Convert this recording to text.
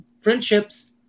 friendships